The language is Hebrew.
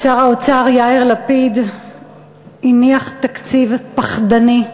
שר האוצר יאיר לפיד הניח תקציב פחדני,